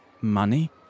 money